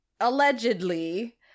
allegedly